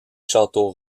château